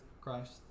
Christ